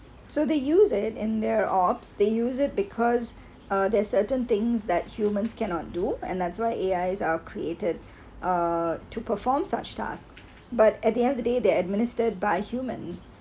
so they use it in their orbs they use it because uh there's certain things that humans cannot do and that's why A_I's are created uh to perform such tasks but at the end of the day they administered by humans